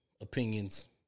opinions